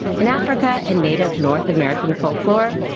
in africa and native north american folklore,